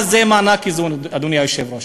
מה זה מענק איזון, אדוני היושב-ראש?